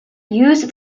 used